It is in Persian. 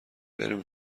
بریم